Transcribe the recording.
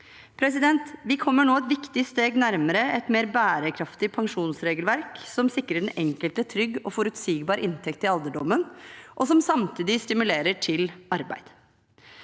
Vi kommer nå et viktig steg nærmere et mer bærekraftig pensjonsregelverk, som sikrer den enkelte trygg og forutsigbar inntekt i alderdommen, og som samtidig stimulerer til arbeid.